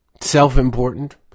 self-important